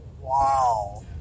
wow